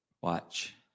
Watch